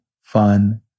fun